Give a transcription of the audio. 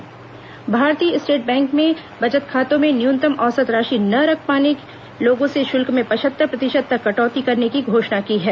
state bank बचत खाता भारतीय स्टेट बैंक ने बचत खातों में न्यूनतम औसत राशि न रख पाने वाले लोगों से शुल्क में पचहत्तर प्रतिशत तक कटौती करने की घोषणा की है